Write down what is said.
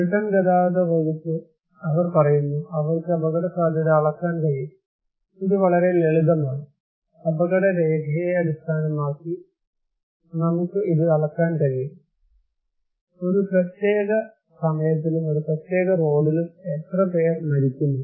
Britain ഗതാഗത വകുപ്പ് അവർ പറയുന്നു അവർക്ക് അപകടസാധ്യത അളക്കാൻ കഴിയും ഇത് വളരെ ലളിതമാണ് അപകട രേഖയെ അടിസ്ഥാനമാക്കി നമുക്ക് ഇത് അളക്കാൻ കഴിയും ഒരു പ്രത്യേക സമയത്തിലും ഒരു പ്രത്യേക റോഡിലും എത്രപേർ മരിക്കുന്നു